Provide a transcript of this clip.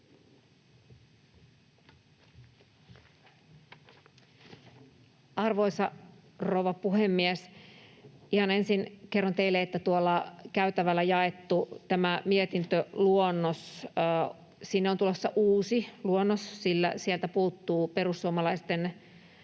Arvoisa rouva puhemies! Ihan ensin kerron teille, että tuolla käytävällä jaetusta mietintöluonnoksesta on tulossa uusi luonnos, sillä sieltä puuttuu perussuomalaisten